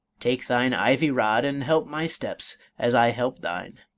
take thine ivy rod and help my steps, as i help thine.